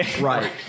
Right